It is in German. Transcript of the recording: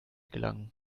gelangen